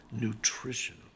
nutrition